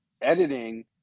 editing